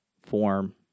form